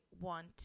want